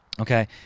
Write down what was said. Okay